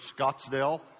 Scottsdale